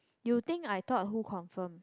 you think I thought who confirm